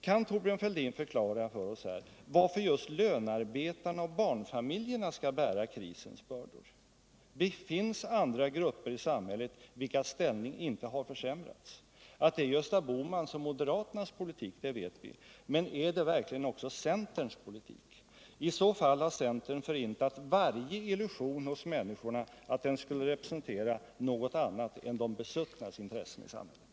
Kan Thorbjörn Fälldin förklara för oss varför just lönearbetarna och barnfamiljerna skall bära krisens bördor. Det finns andra grupper i samhället, vilkas ställning inte har försämrats. Att det är Gösta Bohmans och moderaternas politik vet vi, men är det verkligen också centerns politik? I så fall har centern förintat varje illusion hos människorna om att den skulle representera något annat än de besuttnas intressen i samhället.